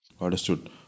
Understood